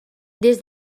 des